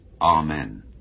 Amen